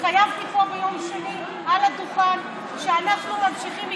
התחייבתי פה ביום שני על הדוכן שאנחנו ממשיכים.